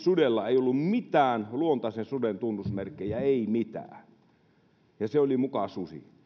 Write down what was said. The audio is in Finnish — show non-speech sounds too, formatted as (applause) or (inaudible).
(unintelligible) sudella ei ollut mitään luontaisen suden tunnusmerkkejä ei mitään ja se oli muka susi